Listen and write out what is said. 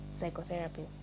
psychotherapy